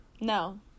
No